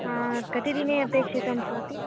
कति दिने अपेक्षितं भवति